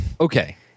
Okay